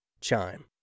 Chime